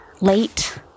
late